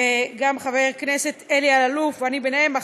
וגם חבר כנסת אלי אלאלוף, ואני ביניהם.